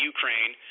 Ukraine